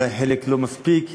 אולי חלק לא מספיק,